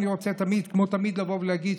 אני רוצה כמו תמיד לבוא ולהגיד,